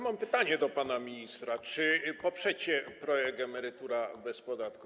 Mam pytanie do pana ministra: Czy poprzecie projekt emerytury bez podatku?